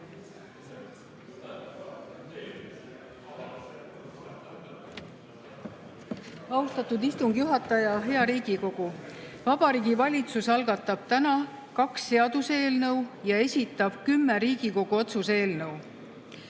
Austatud istungi juhataja! Hea Riigikogu! Vabariigi Valitsus algatab täna kaks seaduseelnõu ja esitab kümme Riigikogu otsuse eelnõu.